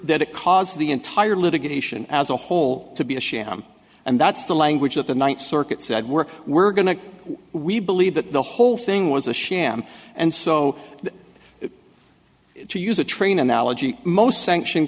that it caused the entire litigation as a whole to be a sham and that's the language of the ninth circuit said we're we're going to we believe that the whole thing was a sham and so to use a train analogy most sanction